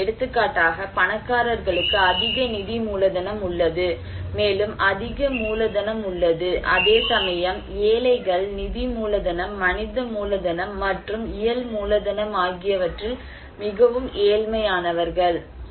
இப்போது எடுத்துக்காட்டாக பணக்காரர்களுக்கு அதிக நிதி மூலதனம் உள்ளது மேலும் அதிக மனித மூலதனம் உள்ளது அதே சமயம் ஏழைகள் நிதி மூலதனம் மனித மூலதனம் மற்றும் இயல் மூலதனம் ஆகியவற்றில் மிகவும் ஏழ்மையானவர்கள்